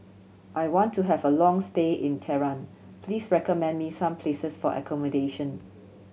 I want to have a long stay in Tehran please recommend me some places for accommodation